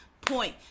point